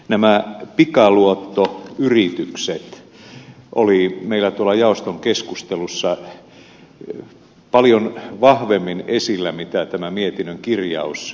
nämä pikaluottoyritykset olivat meillä tuolla jaoston keskustelussa paljon vahvemmin esillä kuin tämä mietinnön kirjaus tuo esille